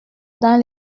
dans